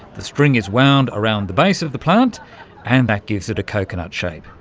the string is wound around the base of the plant and that gives it a coconut shape.